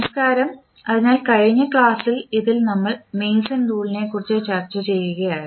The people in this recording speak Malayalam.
നമസ്കാരം അതിനാൽ കഴിഞ്ഞ ക്ലാസ്സിൽ ഇതിൽ നമ്മൾ മേസൺ റൂൾനെ കുറിച്ച് ചർച്ച ചെയ്യുകയായിരുന്നു